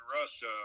Russia